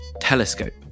Telescope